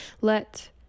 let